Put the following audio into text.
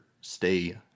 stay